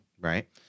Right